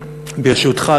ברשותך,